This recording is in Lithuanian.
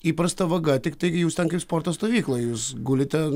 įprasta vaga tiktai jūs ten kaip sporto stovykloj jūs gulite